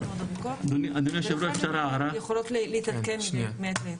ארוכות ולכן הן יכולות להתעדכן מעת לעת.